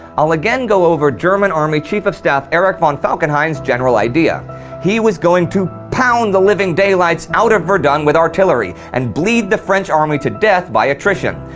i'll again go over german army chief of staff erich von falkenhayn's general idea he was going to pound the living daylights out of verdun with artillery and bleed the french army to death by attrition,